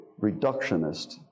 reductionist